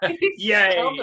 yay